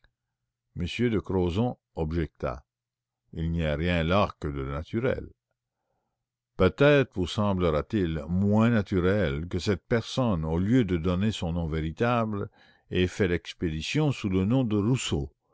m de crozon objecta il n'y a rien là que de naturel peut-être vous semblera t il moins naturel que cette personne au lieu de donner son nom véritable ait fait l'expédition sous le nom de rousseau